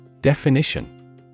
Definition